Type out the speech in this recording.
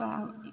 Chhippa